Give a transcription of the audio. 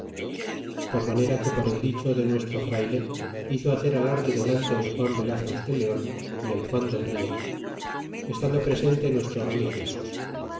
por manera que por el dicho de nuestro frayle hizo hacer alarde delante el juan velazquez de leon y el juan del lijo estando presente nuestro religioso